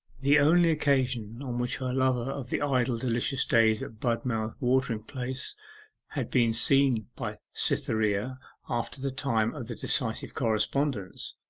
the only occasion on which her lover of the idle delicious days at budmouth watering-place had been seen by cytherea after the time of the decisive correspondence,